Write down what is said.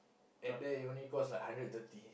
at there it only cost like hundred thirty